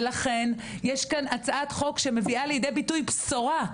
ולכן יש כאן הצעת חוק שמביאה לידי ביטוי בשורה,